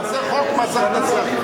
תעשה חוק מס הכנסה.